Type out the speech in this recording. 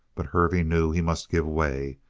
but hervey knew he must give way.